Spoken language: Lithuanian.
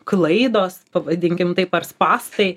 klaidos pavadinkim taip ar spąstai